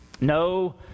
No